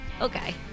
Okay